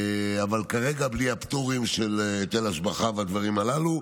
אבל כרגע בלי הפטורים של היטל השבחה והדברים הללו.